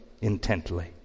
intently